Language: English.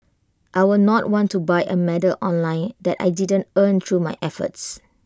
I will not want to buy A medal online that I didn't earn through my own efforts